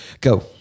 go